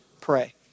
Pray